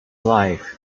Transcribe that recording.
life